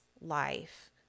life